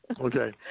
Okay